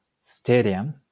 stadium